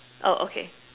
oh okay